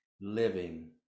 living